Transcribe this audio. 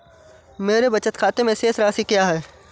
मेरे बचत खाते में शेष राशि क्या है?